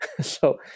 So-